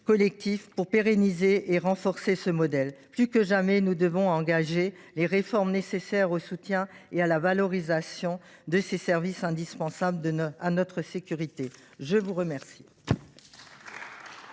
à pérenniser et à renforcer ce modèle. Plus que jamais, nous devons engager les réformes nécessaires au soutien et à la valorisation de ces services indispensables à notre sécurité. La parole